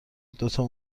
دوتا